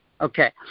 Okay